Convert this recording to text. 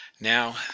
Now